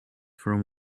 from